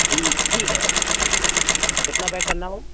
ठीक ठीक है भाऊ कितना पैक करना है भाऊ